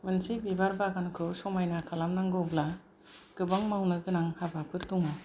मोनसे बिबार बागानखौ समायना खालामनांगौब्ला गोबां मावनो गोनां हाबाफोर दङ